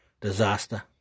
disaster